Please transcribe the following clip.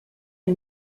est